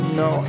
no